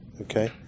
okay